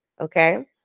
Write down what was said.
Okay